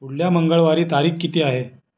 पुढल्या मंगळवारी तारीख किती आहे